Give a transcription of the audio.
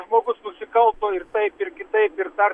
žmogus nusikalto ir taip ir kitaip ir dar